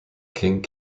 king